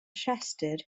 rhestr